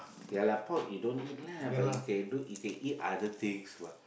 ya lah pork you don't eat lah but you can don't you can eat other things what